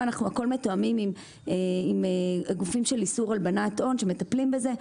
מתואמים עם גופים של איסור הלבנת הון שמטפלים בזה,